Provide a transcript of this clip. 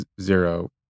zero